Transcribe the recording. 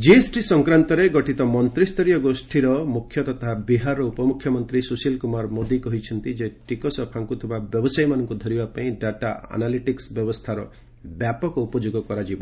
GST GoM GST ସଂକ୍ରାନ୍ତରେ ଗଠିତ ମନ୍ତ୍ରୀସରୀୟ ଗୋଷ୍ଠୀର ମୁଖ୍ୟ ତଥା ବିହାରର ଉପମୁଖ୍ୟମନ୍ତ୍ରୀ ସୁଶୀଲ କୁମାର ମୋଦି କହିଛନ୍ତି ଯେ ଟିକସ୍ ଫାଙ୍କୁଥିବା ବ୍ୟବସାୟୀମାନଙ୍କୁ ଧରିବା ପାଇଁ ଡାଟା ଆନାଲିଟିକ୍ସ ବ୍ୟବସ୍ଥାର ବ୍ୟାପକ ଉପଯୋଗ କରାଯିବା